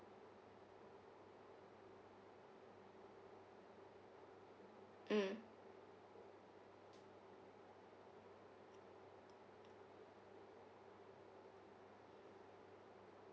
mm